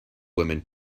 women